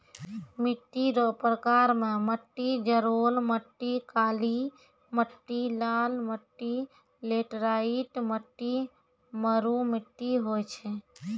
मिट्टी रो प्रकार मे मट्टी जड़ोल मट्टी, काली मट्टी, लाल मट्टी, लैटराईट मट्टी, मरु मट्टी होय छै